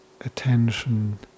attention